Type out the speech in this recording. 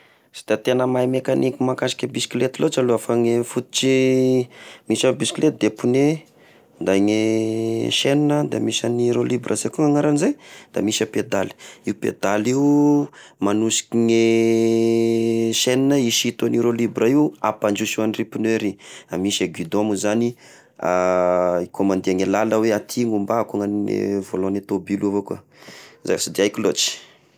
Sy da tegna mahay mekaniky mahakasika bisikileta loatra aloha iaho fa ny fototry misy ao bisikilety de pneu, da ny sainigna, da misy any reo libre saiko ny agnarany zay! Da misy a pedaly, io pedaly io magnosiky ny sainigna hisinto an'ireo libre io ampandroso andry pneu ry, a misy a gidon moa zagny hikômandia ny lala hoe aty hombako agn'ny volan ny tôbily avao koa ah, zay fa sy de haiko loatry.